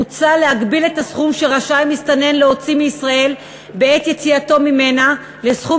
מוצע להגביל את הסכום שרשאי מסתנן להוציא מישראל בעת יציאתו ממנה לסכום